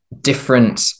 different